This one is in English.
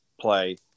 play